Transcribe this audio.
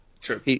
true